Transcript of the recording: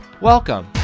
welcome